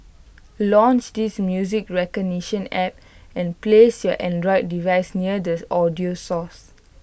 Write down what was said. launch this music recognition app and place your Android device near the audio source